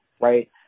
right